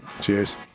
Cheers